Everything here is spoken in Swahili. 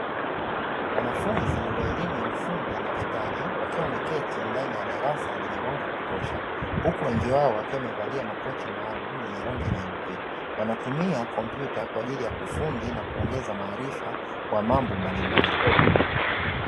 wanafunzi wa elimu ya ufundi na ustadi wakiwa wameketi ndani ya darasa lenye mwanga kutosha, huku wengi wao wakiwa wamevalia makoti maalumu yenye rangi nyeupe, wanatumia kompyuta kwa ajili ya ufundi na kuongeza maarifa kwa mambo mbalimbali.